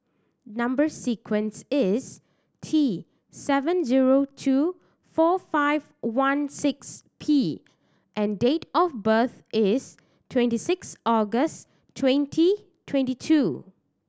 number sequence is T seven zero two four five one six P and date of birth is twenty six August twenty twenty two